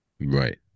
Right